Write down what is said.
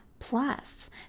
Plus